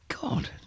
God